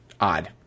odd